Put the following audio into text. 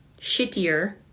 shittier